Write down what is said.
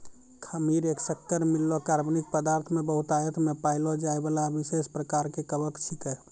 खमीर एक शक्कर मिललो कार्बनिक पदार्थ मे बहुतायत मे पाएलो जाइबला विशेष प्रकार के कवक छिकै